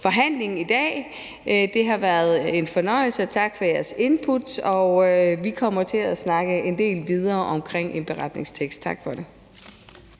forhandling. Det har været en fornøjelse og tak for jeres input. Vi kommer til at snakke en del videre om en beretningstekst. Tak. Kl.